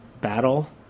battle